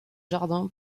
jardin